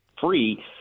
free